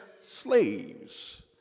slaves